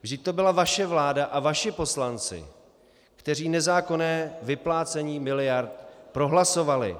Vždyť to byla vaše vláda a vaši poslanci, kteří nezákonné vyplácení miliard prohlasovali.